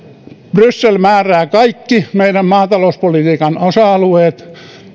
bryssel määrää kaikki meidän maatalouspolitiikan osa alueet